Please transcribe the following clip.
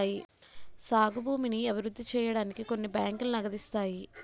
సాగు భూమిని అభివృద్ధి సేయడానికి కొన్ని బ్యాంకులు నగదిత్తాయి